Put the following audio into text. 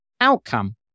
outcome